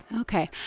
Okay